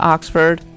Oxford